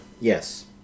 yes